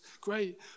Great